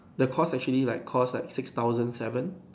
the cost actually like cost like six thousand seven